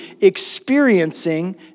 experiencing